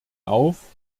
auf